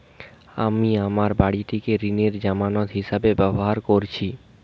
আমি আমার বাড়িটিকে ঋণের জামানত হিসাবে ব্যবহার করেছি